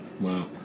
Wow